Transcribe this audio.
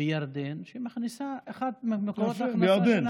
שהיא אחד ממקורות ההכנסה.